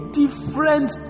different